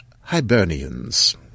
Hibernians